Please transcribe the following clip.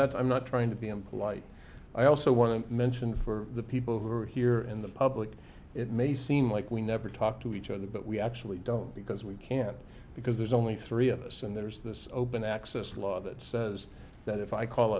that's i'm not trying to be impolite i also want to mention for the people who are here in the public it may seem like we never talk to each other but we actually don't because we can't because there's only three of us and there's this open access law that says that if i call